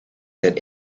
that